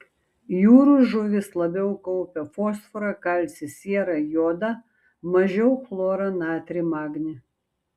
jūrų žuvys labiau kaupia fosforą kalcį sierą jodą mažiau chlorą natrį magnį